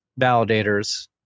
validators